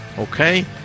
Okay